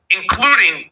including